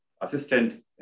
Assistant